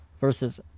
versus